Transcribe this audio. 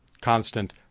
constant